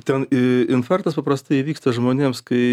ten infarktas paprastai įvyksta žmonėms kai